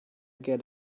get